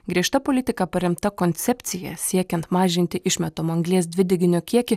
griežta politika paremta koncepcija siekiant mažinti išmetamo anglies dvideginio kiekį